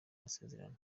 masezerano